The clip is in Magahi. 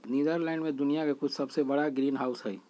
नीदरलैंड में दुनिया के कुछ सबसे बड़ा ग्रीनहाउस हई